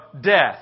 death